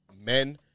men